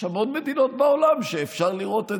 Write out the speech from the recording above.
יש המון מדינות בעולם שאפשר לראות את